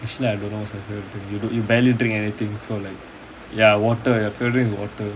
actually I don't know what's your favourite drink you barely drink anything so like ya water your favourite drink is water